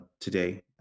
today